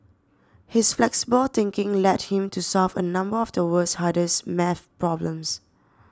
his flexible thinking led him to solve a number of the world's hardest math problems